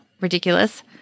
ridiculous